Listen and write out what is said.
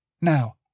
Now